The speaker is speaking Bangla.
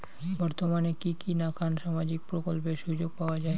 বর্তমানে কি কি নাখান সামাজিক প্রকল্পের সুযোগ পাওয়া যায়?